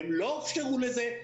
הם לא הוכשרו לזה.